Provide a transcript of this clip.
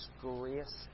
grace